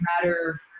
matter